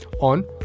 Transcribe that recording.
on